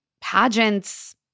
pageants